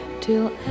till